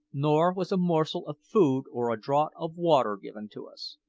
nor was a morsel of food or a draught of water given to us.